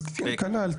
אז כנ"ל,